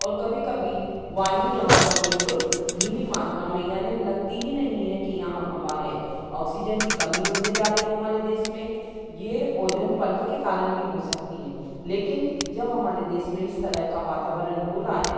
और कभी कभी वायु यहाँ पर बिल्कुल धीमी मात्रा में यानी लगती ही नहीं है कि यहाँ हवा है ऑक्सीजन की कमी होते जा रही है हमारे देश में ये ओजोन परत के कारण भी हो सकती है लेकिन जब हमारे देश में इस तरह का वातावरण हो रहा है